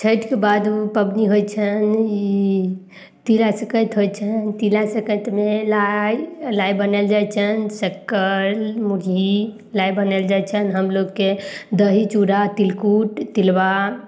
छैठ के बाद उ पबनी होइ छैन ई तिला सकरैत होइ छनि तिला सङक्रातिमे लाइ लाइ बनाओल जाइ छनि शक्कर मुरही लाइ बनाओल जाइ छनि हमलोगके दही चूड़ा तिलकुट तिलबा